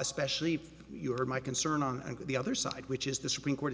especially if you are my concern on the other side which is the supreme court